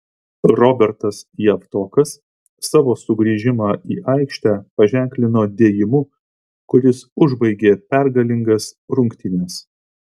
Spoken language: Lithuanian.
robertas javtokas savo sugrįžimą į aikštę paženklino dėjimu kuris užbaigė pergalingas rungtynes